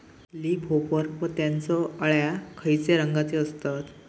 Leaf hopper व त्यानचो अळ्या खैचे रंगाचे असतत?